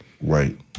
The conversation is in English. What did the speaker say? Right